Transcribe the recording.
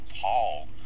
Paul